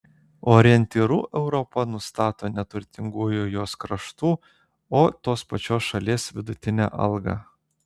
orientyru europa nustato ne turtingųjų jos kraštų o tos pačios šalies vidutinę algą